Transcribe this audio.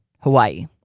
Hawaii